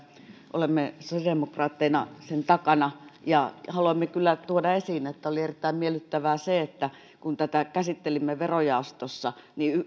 olemme sosiaalidemokraatteina sen takana ja haluamme kyllä tuoda esiin että oli erittäin miellyttävää se että kun tätä käsittelimme verojaostossa niin